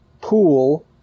pool